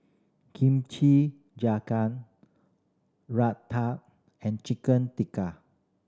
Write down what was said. Kimchi and Chicken Tikka